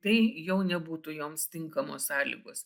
tai jau nebūtų joms tinkamos sąlygos